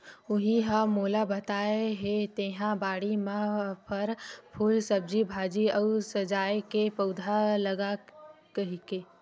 उहीं ह मोला बताय हे तेंहा बाड़ी म फर, फूल, सब्जी भाजी अउ सजाय के पउधा लगा कहिके